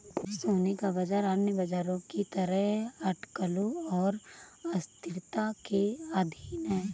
सोने का बाजार अन्य बाजारों की तरह अटकलों और अस्थिरता के अधीन है